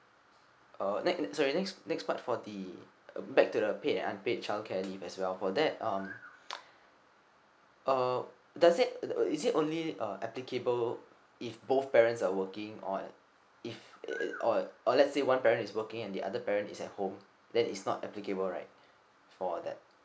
uh next sorry next next part for the uh back to the paid and unpaid childcare leave as well for that um uh does it is it only uh applicable if both parents are working or if or or or let's say one parent is working and the other parent is at home then is not applicable right for that